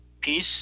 peace